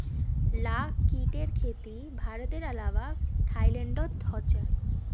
लाख कीटेर खेती भारतेर अलावा थाईलैंडतो ह छेक